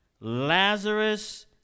Lazarus